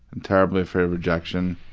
i'm terribly afraid of rejection.